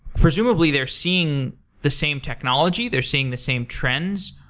presumably, they're seeing the same technology. they're seeing the same trends.